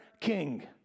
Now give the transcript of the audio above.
King